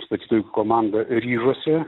statytojų komanda ryžosi